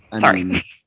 sorry